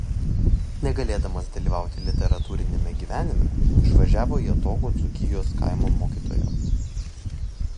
negalėdamas dalyvauti literatūriniame gyvenime išvažiavo į atokų dzūkijos kaimą mokytojauti